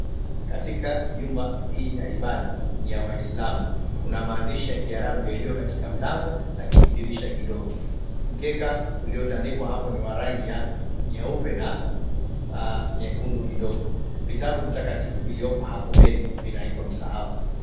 Katika nyumba hii ya ibada ya waislamu kuna maandishi ya kiarabu yalio katika mlango na kindirisha kidongo. Mkeka uliotandikwa hapo ni wa rangi ya nyeupe na nyekundu kidogo. Vitabu vitakatifu viliopo hapo mbele zinaitwa msaafu.